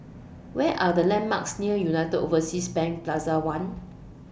What Are The landmarks near United Overseas Bank Plaza one